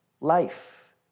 life